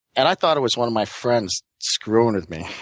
and i thought it was one of my friends screwing with me.